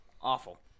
Awful